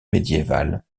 médiévale